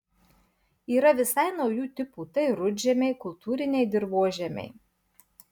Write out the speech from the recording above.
yra visai naujų tipų tai rudžemiai kultūriniai dirvožemiai